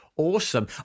Awesome